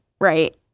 Right